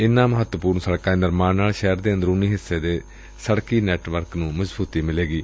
ਇਨਾਂ ਮਹੱਤਵਪੁਰਨ ਸੜਕਾਂ ਦੇ ਨਿਰਮਾਣ ਨਾਲ ਸ਼ਹਿਰ ਦੇ ਅੰਦਰੂਨੀ ਹਿੱਸੇ ਦੇ ਸੜਕੀ ਨੈਟਵਰਕ ਨੂੰ ਮਜ਼ਬੂਤੀ ਮਿਲੇਗੀ